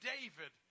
David